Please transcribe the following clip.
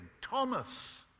Thomas